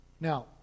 Now